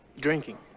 Drinking